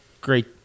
great